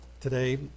today